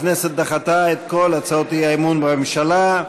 הכנסת דחתה את כל הצעות האי-אמון בממשלה.